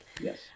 Yes